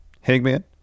Hangman